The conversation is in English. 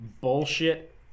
bullshit